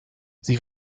sie